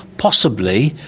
possibly,